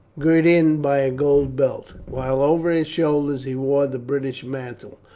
girt in by a gold belt, while over his shoulders he wore the british mantle,